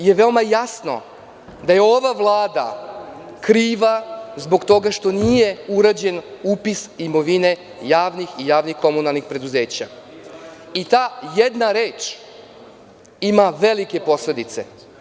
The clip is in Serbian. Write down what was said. Ovde je veoma jasno da je ova vlada kriva zbog toga što nije uređen upis imovine javnih i javnih komunalnih preduzeća i ta jedna reč ima velike posledice.